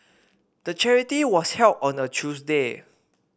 the charity was held on a Tuesday